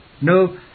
No